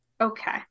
Okay